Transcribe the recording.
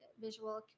visual